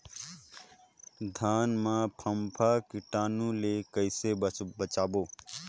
धान मां फम्फा कीटाणु ले कइसे बचाबो?